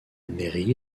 mairie